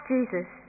Jesus